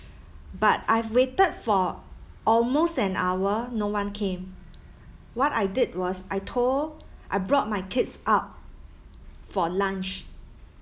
but I've waited for almost an hour no one came what I did was I told I brought my kids up for lunch